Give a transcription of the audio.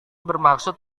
bermaksud